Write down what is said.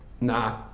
nah